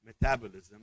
metabolism